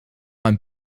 mijn